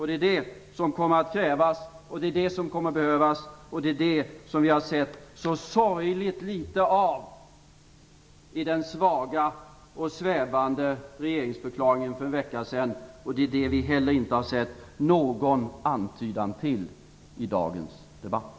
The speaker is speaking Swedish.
Det är det som kommer att krävas, och det är det som vi har sett så sorgligt litet av i den svaga och svävande regeringsförklaringen för en vecka sedan. Vi har inte heller sett någon antydan till detta i dagens debatt.